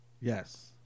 Yes